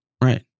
Right